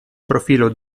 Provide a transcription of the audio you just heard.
profilo